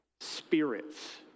spirits